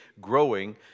growing